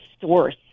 source